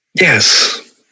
Yes